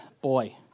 boy